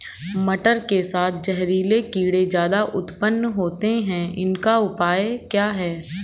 मटर के साथ जहरीले कीड़े ज्यादा उत्पन्न होते हैं इनका उपाय क्या है?